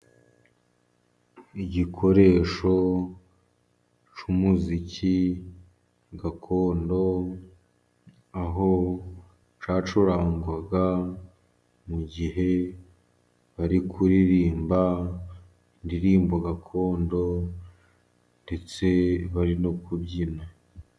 Igikoresho cy'umuziki gakondo, aho cyacurangwaga mu gihe bari kuririmba indiririmbo gakondo, ndetse bari no kubyina.